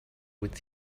with